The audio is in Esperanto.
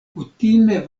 kutime